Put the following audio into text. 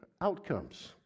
outcomes